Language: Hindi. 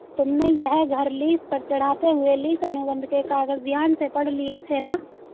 तुमने यह घर लीस पर चढ़ाते हुए लीस अनुबंध के कागज ध्यान से पढ़ लिए थे ना?